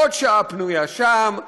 עוד שעה פנויה שם,